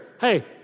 Hey